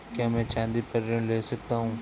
क्या मैं चाँदी पर ऋण ले सकता हूँ?